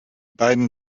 beiden